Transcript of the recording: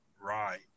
right